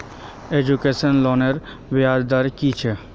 Education लोनेर ब्याज दर कि छे?